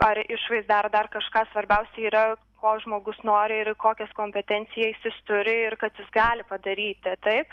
ar išvaizdą ar dar kažką svarbiausia yra ko žmogus nori ir kokias kompetencijas jis turi ir kad jis gali padaryti taip